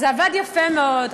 זה עבד יפה מאוד.